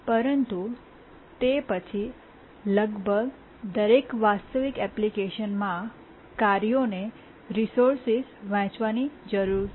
પરંતુ તે પછી લગભગ દરેક વાસ્તવિક એપ્લિકેશનમાં કાર્યોને રિસોર્સ વહેંચવાની જરૂર છે